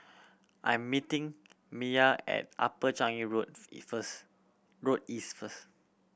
I am meeting Mia at Upper Changi Road first Road East first